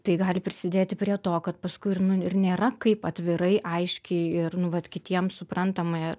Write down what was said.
tai gali prisidėti prie to kad paskui ir nu ir nėra kaip atvirai aiškiai ir nu vat kitiems suprantamai